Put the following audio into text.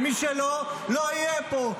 ומי שלא, לא יהיה פה.